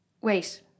Wait